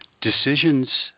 Decisions